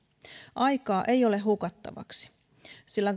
aikaa ei ole hukattavaksi sillä